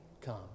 come